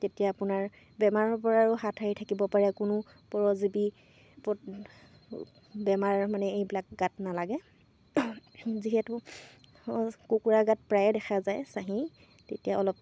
তেতিয়া আপোনাৰ বেমাৰৰপৰা আৰু হাত সাৰি থাকিব পাৰে কোনো পৰজীৱী বেমাৰ মানে এইবিলাক গাত নালাগে যিহেতু কুকুৰাৰ গাত প্ৰায়ে দেখা যায় চাহী তেতিয়া অলপ